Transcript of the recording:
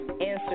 answer